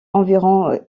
environ